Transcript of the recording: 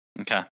Okay